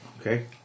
Okay